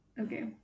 Okay